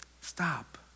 stop